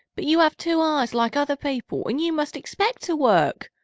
but you have two eyes like other people and you must expect to work.